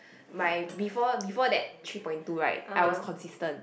my before before that three point two right I was consistent